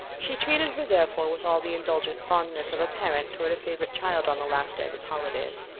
she treated her therefore, with all the indulgent fondness of a parent towards a favourite child on the last day of its holidays.